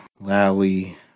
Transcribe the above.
Lally